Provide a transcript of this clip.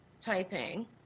typing